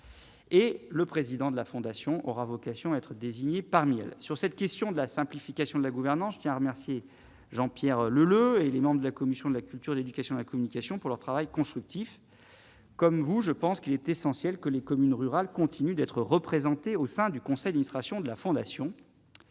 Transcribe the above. Et le président de la fondation aura vocation à être désigné parmi eux sur cette question de la simplification de la gouvernance, je tiens à remercier Jean-Pierre Leleux et les membres de la commission de la culture, l'éducation à la communication pour leur travail constructif. Comme vous, je pense qu'il est essentiel que les communes rurales continuent d'être représentés au sein du conseil d'illustration de la fondation